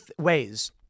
ways